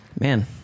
Man